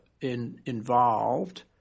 involved